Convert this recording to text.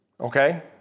okay